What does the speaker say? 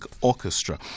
Orchestra